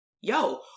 yo